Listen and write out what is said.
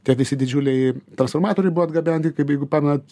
tie visi didžiuliai transformatoriai buvo atgabenti kaip jeigu pamenat